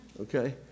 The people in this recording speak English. Okay